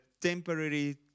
temporary